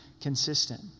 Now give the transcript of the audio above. consistent